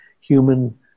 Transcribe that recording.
human